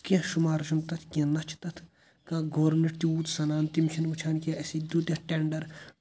کیٚنٛہہ شُمار چھُنہٕ تَتھ کیٚنٛہہ نہ چھُ تَتھ کانٛہہ گورمِنَٹ تِیوٗت سَنان تِم چھِنہٕ وٕچھان کیٚنٛہہ اَسے دِیُت یَتھ ٹٮ۪نٛڈَر